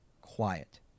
quiet